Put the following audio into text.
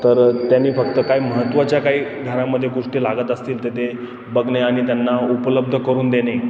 तर त्यांनी फक्त काय महत्त्वाच्या काही घरामध्ये गोष्टी लागत असतील तर ते बघणे आणि त्यांना उपलब्ध करून देणे